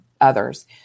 others